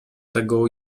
tego